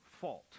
fault